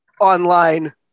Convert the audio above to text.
online